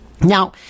Now